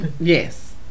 Yes